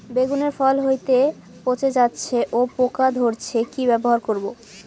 বেগুনের ফল হতেই পচে যাচ্ছে ও পোকা ধরছে কি ব্যবহার করব?